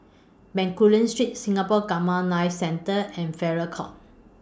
Bencoolen Street Singapore Gamma Knife Centre and Farrer Court